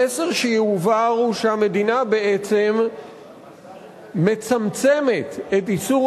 המסר שיועבר הוא שהמדינה בעצם מצמצמת את איסור